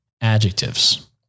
adjectives